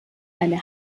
eine